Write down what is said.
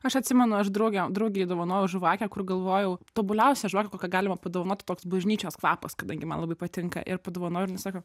aš atsimenu aš drauge draugei dovanojau žvakę kur galvojau tobuliausią žvakę kokią galima padovanoti toks bažnyčios kvapas kadangi man labai patinka ir padovanojau ir jinai sako